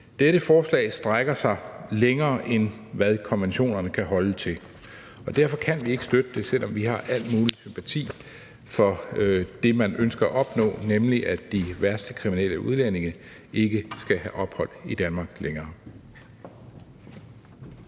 Dette forslag strækker sig længere, end hvad konventionerne kan holde til, og derfor kan vi ikke støtte det, selv om vi har al mulig sympati for det, man ønsker at opnå, nemlig at de værste kriminelle udlændinge ikke skal have ophold i Danmark længere.